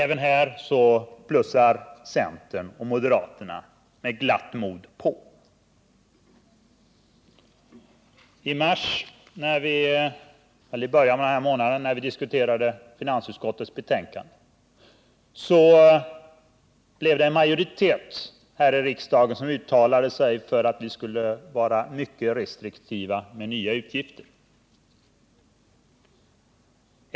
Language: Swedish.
Även här ökar centern och moderaterna med glatt mod anslagen. I början av den här månaden när vi diskuterade ett annat finansutskottsbetänkande uttalade sig en majoritet här i riksdagen för att vi skulle vara mycket restriktiva med nya utgifter.